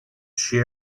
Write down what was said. she